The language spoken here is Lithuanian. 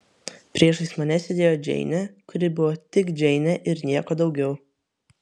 priešais mane sėdėjo džeinė kuri buvo tik džeinė ir nieko daugiau